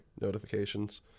notifications